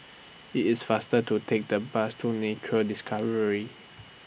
IT IS faster to Take The Bus to Nature Discovery